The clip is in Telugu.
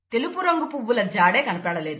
తెలుపు రంగు పువ్వులు జాడే కనపడలేదు